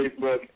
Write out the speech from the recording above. Facebook